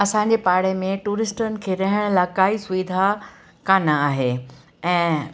असांजे पाड़े में टूरिस्टनि खे रहण लाइ काई सुविधा कान आहे ऐं